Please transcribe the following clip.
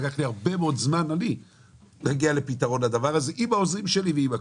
לקח לי הרבה מאוד זמן להגיע לפתרון לדבר הזה עם העוזרים שלי ועם הכול.